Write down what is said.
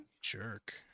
jerk